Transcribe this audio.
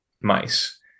mice